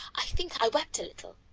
i think i wept a little.